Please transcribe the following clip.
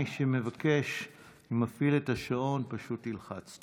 מי שמבקש, אני מפעיל את השעון, פשוט ילחץ.